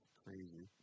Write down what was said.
crazy